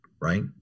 right